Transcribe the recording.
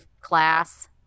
class –